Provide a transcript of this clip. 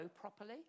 properly